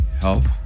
health